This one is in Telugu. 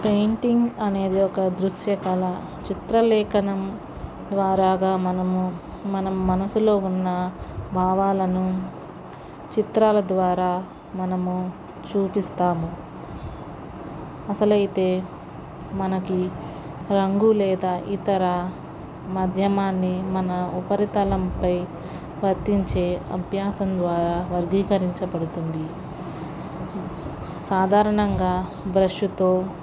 పెయింటింగ్ అనేది ఒక దృశ్యకళ చిత్రలేఖనం ద్వారా మనము మనం మనసులో ఉన్న భావాలను చిత్రాల ద్వారా మనము చూపిస్తాము అసలైతే మనకి రంగు లేదా ఇతర మాధ్యమాన్ని మన ఉపరితలంపై వర్తించే అభ్యాసం ద్వారా వర్గీకరించబడుతుంది సాధారణంగా బ్రష్తో